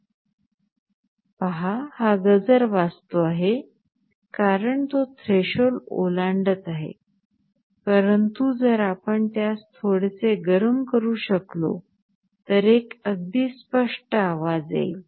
पहा हा गजर वाजतो आहे कारण तो थ्रेशोल्ड ओलांडत आहे परंतु जर आपण त्यास थोडेसे गरम करू शकलो तर एक अगदी स्पष्ट आवाज येईल